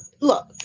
look